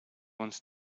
wants